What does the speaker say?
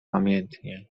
namiętnie